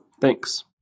thanks